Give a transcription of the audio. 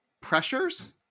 pressures